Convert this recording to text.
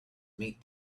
meet